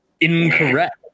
Incorrect